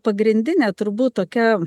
pagrindinė turbūt tokia